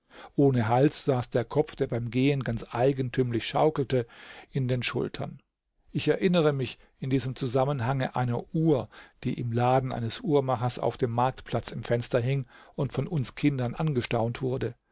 ohne hals saß der kopf der beim gehen ganz eigentümlich schaukelte in den schultern ich erinnere mich in diesem zusammenhange einer uhr die im laden eines uhrmachers auf dem marktplatz im fenster hing und von uns kindern angestaunt wurde